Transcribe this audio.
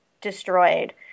destroyed